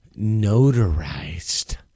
notarized